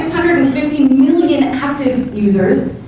fifty million active users